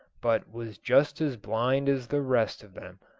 but was just as blind as the rest of them,